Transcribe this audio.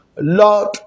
Lord